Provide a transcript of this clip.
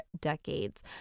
decades